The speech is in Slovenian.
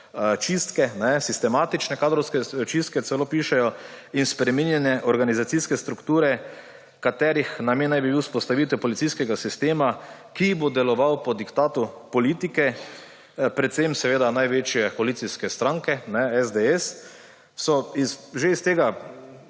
čistke, sistematične kadrovske čistke, celo pišejo, in spreminjanje organizacijske strukture, katerih namen naj bi bila vzpostavitev policijskega sistema, ki bo deloval po diktatu politike, predvsem seveda največje koalicijske stranke SDS, so že iz tega